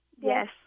Yes